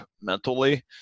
mentally